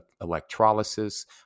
electrolysis